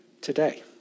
today